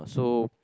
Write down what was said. so